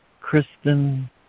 Kristen